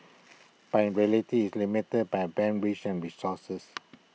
but in reality is limited by Band wish and resources